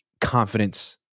confidence